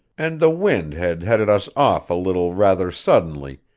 and the wind had headed us off a little rather suddenly,